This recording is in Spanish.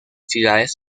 ciudades